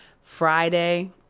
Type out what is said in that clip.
Friday